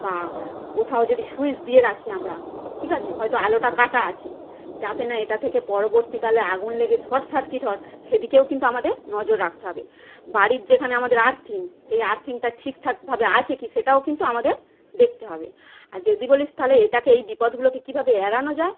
বা কোথাও যদি সুইচ দিয়ে রাখি আমরা ঠিক আছে হয়তো আলোটা কাটা আছে যাতে না এটা থেকে পরবর্তীকালে আগুন লেগে শর্ট সার্কিট হয় সেদিকেও কিন্তু আমাদের নজর রাখতে হবে বাড়ির যেখানে আমাদের আর্থিং সেই আর্থিংটা ঠিকঠাকভাবে আছে কি সেটাও কিন্তু আমাদের দেখতে হবে আর যদি বলিস তাহলে এটাকে এই বিপদগুলোকে কীভাবে এড়ানো যায়